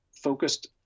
focused